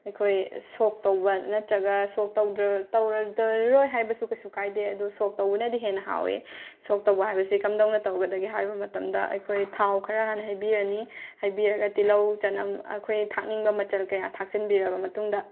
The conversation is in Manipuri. ꯑꯩꯈꯣꯏ ꯁꯣꯛ ꯇꯧꯕ ꯅꯠꯇ꯭ꯔꯒ ꯁꯣꯛ ꯇꯧꯗ꯭ꯔ ꯇꯧꯔꯔꯣꯏ ꯍꯥꯏꯕꯁꯨ ꯀꯩꯁꯨ ꯀꯥꯏꯗꯦ ꯑꯗꯣ ꯁꯣꯛ ꯇꯧꯕꯅꯗꯤ ꯍꯦꯟꯅ ꯍꯥꯎꯋꯦ ꯁꯣꯛ ꯇꯧꯕ ꯍꯥꯏꯕꯁꯦ ꯀꯝꯗꯧꯅ ꯇꯧꯒꯗꯒꯦ ꯍꯥꯏꯕ ꯃꯇꯝꯗ ꯑꯩꯈꯣꯏ ꯊꯥꯎ ꯈꯔ ꯍꯥꯟꯅ ꯍꯩꯕꯤꯔꯅꯤ ꯍꯩꯕꯤꯔꯒ ꯇꯤꯜꯍꯧ ꯆꯅꯝ ꯑꯩꯈꯣꯏ ꯊꯥꯛꯅꯤꯡꯕ ꯃꯆꯜ ꯀꯌꯥ ꯊꯥꯛꯆꯤꯟꯕꯤꯔꯕ ꯃꯇꯨꯡꯗ